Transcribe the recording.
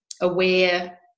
aware